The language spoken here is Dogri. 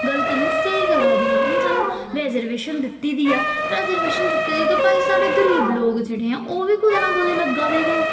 गलत निं स्हेई करा दियां हून सानूं रेजरवेशन दित्ती दी ऐ रेजरवेशन दित्ती दी ते भाई साढ़े गरीब लोक जेह्ड़े ऐ ओह् बी कुदै ना कुतै लग्गा दे गै